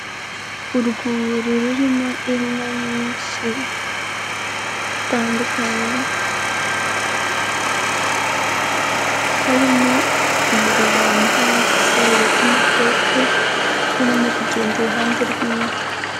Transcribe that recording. Urwuri rurimo inka nyinshi, zitandukanye harimo umugabo wambaye isarubete na bote, urimo kugenda iruhande rw'inka.